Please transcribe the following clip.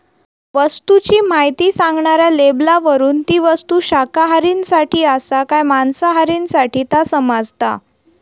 वस्तूची म्हायती सांगणाऱ्या लेबलावरून ती वस्तू शाकाहारींसाठी आसा काय मांसाहारींसाठी ता समाजता